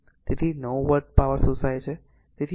તેથી 9 watt power શોષાય છે